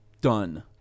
done